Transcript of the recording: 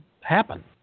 happen